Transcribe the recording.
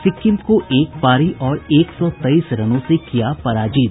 सिक्किम को एक पारी और एक सौ तेईस रनों से किया पराजित